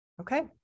okay